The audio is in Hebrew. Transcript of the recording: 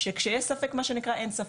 שכשי ש ספק זה מה שנקרא אין ספק.